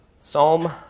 Psalm